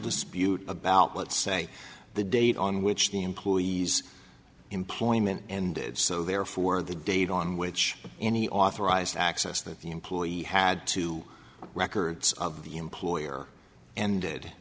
dispute about let's say the date on which the employees employment and so therefore the date on which any authorized access that the employee had to records of the employer and